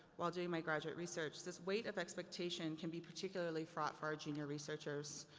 while doing my graduate research. this weight of expectation can be particularly fraught for our junior researchers.